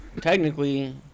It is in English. technically